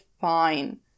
fine